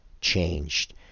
changed